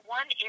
one